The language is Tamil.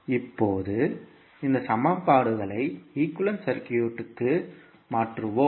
இப்போது இந்த சமன்பாடுகளை ஈக்குவேலன்ட் சர்க்யூட் க்கு மாற்றுவோம்